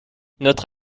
notre